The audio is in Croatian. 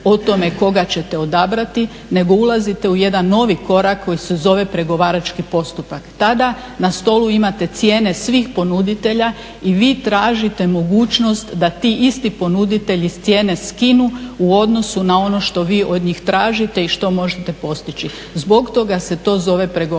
o tome koga ćete odabrati, nego ulazite u jedan novi korak koji se zove pregovarački postupak. Tada na stolu imate cijene svih ponuditelja i vi tražite mogućnost da ti isti ponuditelji s cijene skinu, u odnosu na ono što vi od njih tražite i što možete postići. Zbog toga se to zove pregovarački postupka.